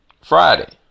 Friday